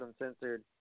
Uncensored